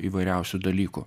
įvairiausių dalykų